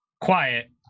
quiet